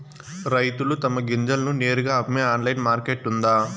రైతులు తమ గింజలను నేరుగా అమ్మే ఆన్లైన్ మార్కెట్ ఉందా?